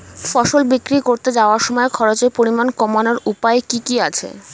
ফসল বিক্রি করতে যাওয়ার সময় খরচের পরিমাণ কমানোর উপায় কি কি আছে?